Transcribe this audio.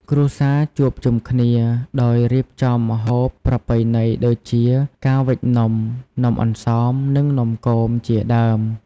គ្រួសារជួបជុំគ្នា ដោយរៀបចំម្ហូបប្រពៃណីដូចជាការវេចនំ “នំអន្សម” និង “នំគម” ជាដើម។